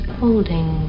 holding